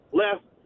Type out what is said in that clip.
left